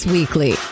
Weekly